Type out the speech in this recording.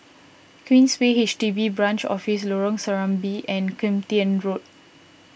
Queensway H D B Branch Office Lorong Serambi and Kim Tian Road